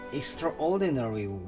extraordinary